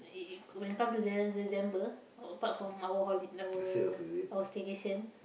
it it when it come to Dece~ December apart from our holi~ our our staycation